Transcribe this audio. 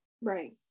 Right